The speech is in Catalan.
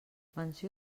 menció